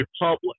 republic